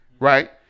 Right